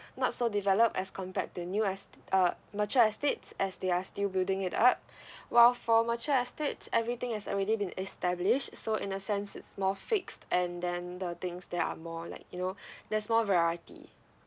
not so developed as compared to new es~ uh mature estates as they are still building it up while for mature estates everything is already been established so in a sense it's more fixed and then the things there are more like you know there's more variety